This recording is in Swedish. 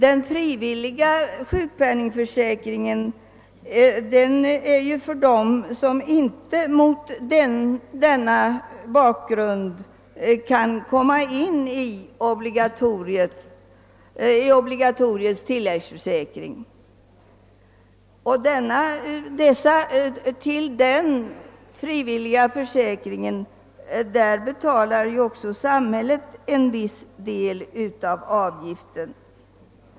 Den frivilliga sjukpenningförsäkringen är däremot avsedd för dem som inte på sådana grunder kan omfattas av den obligatoriska försäkringen för tilläggssjukpenning. Även till den frivilliga försäkringen betalar samhället en viss del av avgiften.